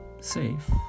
safe